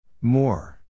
more